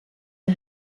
der